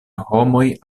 homoj